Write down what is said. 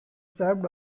served